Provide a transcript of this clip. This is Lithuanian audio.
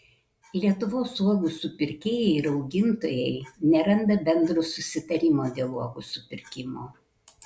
lietuvos uogų supirkėjai ir augintojai neranda bendro susitarimo dėl uogų supirkimo